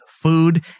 food